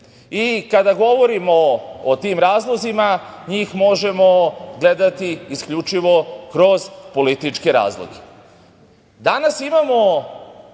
Kada govorimo o tim razlozima njih možemo gledati isključivo kroz političke razloge. Danas imamo